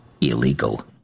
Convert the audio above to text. illegal